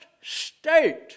state